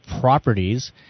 properties